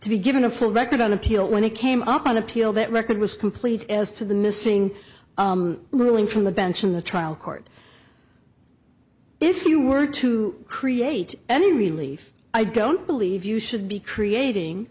to be given a full record on appeal when it came up on appeal that record was complete as to the missing ruling from the bench in the trial court if you were to create any relief i don't believe you should be creating